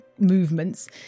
Movements